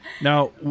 Now